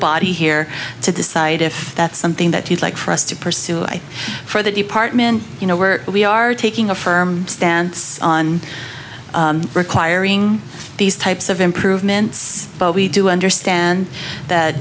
body here to decide if that's something that he'd like for us to pursue i for the department you know where we are taking a firm stance on requiring these types of improvements but we do understand that